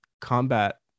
combat